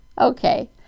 Okay